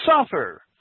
suffer